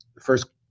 first